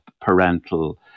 parental